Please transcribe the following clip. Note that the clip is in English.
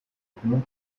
nothing